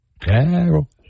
Carol